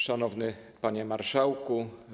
Szanowny Panie Marszałku!